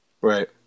Right